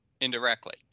indirectly